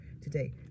today